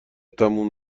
تموم